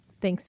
Thanks